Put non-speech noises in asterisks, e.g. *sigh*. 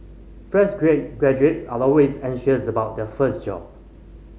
fresh *unintelligible* graduates are always anxious about their first job